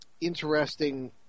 interesting